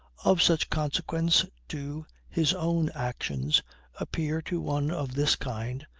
of such consequence do his own actions appear to one of this kind,